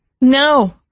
No